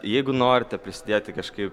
jeigu norite prisidėti kažkaip